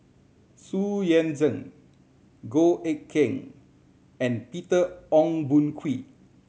Xu Yuan Zhen Goh Eck Kheng and Peter Ong Boon Kwee